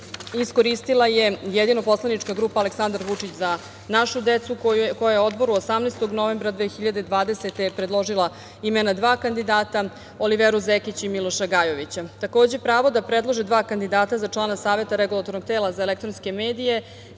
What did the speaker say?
iskoristila je jedino poslanička grupa Aleksandar Vučić - Za našu decu, koja je Odboru 18. novembra 2020. predložila imena dva kandidata Oliveru Zekić i Miloša Gajovića. Takođe, pravo da predlože dva kandidata za člana Saveta REM koje se bira na predlog crkve